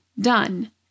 Done